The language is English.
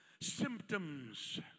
symptoms